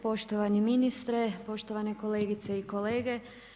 Poštovani ministre, poštovane kolegice i kolege.